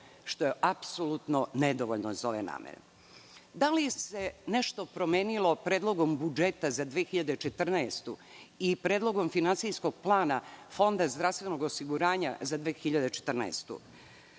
što je apsolutno nedovoljno za ove namene. Da li se nešto promenilo Predlogom budžeta za 2014. godinu ili Predlogom finansijskog plana Fonda zdravstvenog osiguranja za 2014.